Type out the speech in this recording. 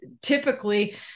typically